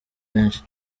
benshi